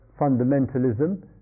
fundamentalism